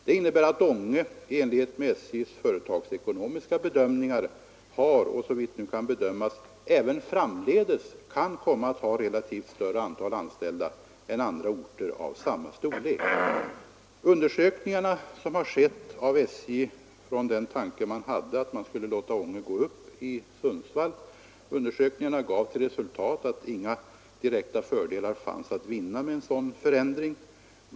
Det betyder också att Ånge i enlighet med SJ:s företagsekonomiska beräkningar har och, såvitt nu kan bedömas, även framdeles kan komma att ha relativt större andel anställda än andra orter av samma storlek. De undersökningar som SJ gjort med utgångspunkt i tanken att låta Ånge gå upp i Sundsvalls trafikområde gav till resultat att inga direkta fördelar fanns att vinna med en sådan förändring.